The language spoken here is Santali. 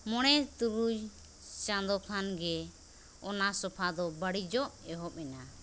ᱢᱚᱬᱮ ᱛᱩᱨᱩᱭ ᱪᱟᱸᱫᱳ ᱠᱷᱟᱱᱜᱮ ᱚᱱᱟ ᱥᱳᱯᱷᱟᱫᱚ ᱵᱟᱹᱲᱤᱡᱚᱜ ᱮᱦᱚᱵ ᱮᱱᱟ